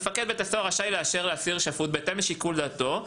מפקד בית הסוהר רשאי לאשר לאסיר שפוט בהתאם לשיקול דעתו,